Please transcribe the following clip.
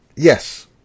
Yes